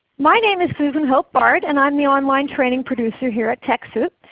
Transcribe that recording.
my name is susan hope bard and i am the online training producer here at techsoup,